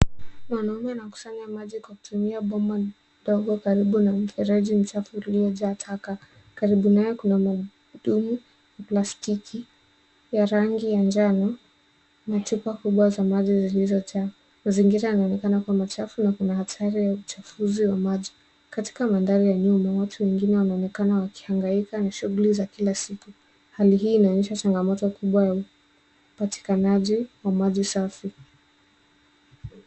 Mwanaume anakusanya maji kwa kutumia bomba ndogo karibu na mfereji mchafu uliojaa taka karibu naye kuna mtungi ya plastiki ya rangi ya njano na chupa kubwa za maji zilizojaa. Mazingira yanaonekana kuwa machafu na kuna hatari ya uchafuzi wa maji. Katika mandhari ya nyuma watu wengine wanaonekana wakihangaika na shughuli za kila siku. Hali hii inaonyesha changamoto kubwa ya upatikanaji wa maji safi.